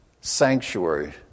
sanctuary